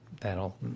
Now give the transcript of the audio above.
that'll